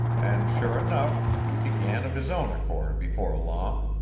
and sure enough he began of his own accord before long.